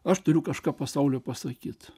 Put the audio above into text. aš turiu kažką pasauliui pasakyt